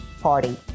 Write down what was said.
party